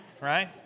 right